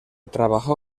trabajó